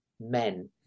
men